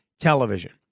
television